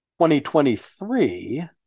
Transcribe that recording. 2023